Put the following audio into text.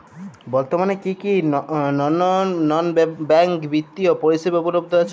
বর্তমানে কী কী নন ব্যাঙ্ক বিত্তীয় পরিষেবা উপলব্ধ আছে?